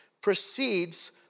precedes